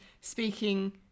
speaking